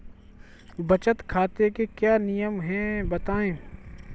बचत खाते के क्या नियम हैं बताएँ?